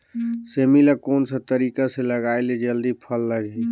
सेमी ला कोन सा तरीका से लगाय ले जल्दी फल लगही?